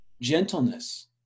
Gentleness